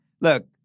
look